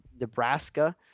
Nebraska